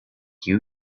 you